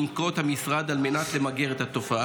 1. אילו צעדים ינקוט המשרד על מנת למגר את התופעה?